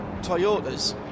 Toyotas